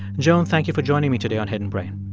joan, thank you for joining me today on hidden brain